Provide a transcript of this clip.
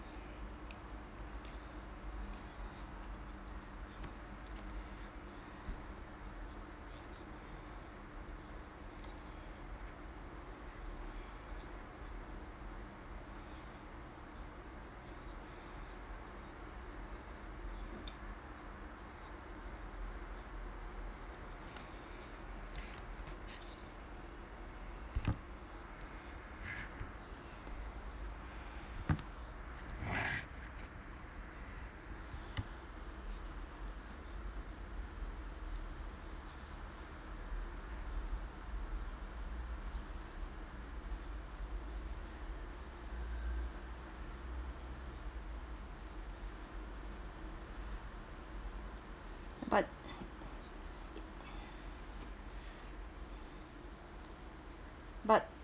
but but